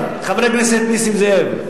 חבר הכנסת נסים זאב,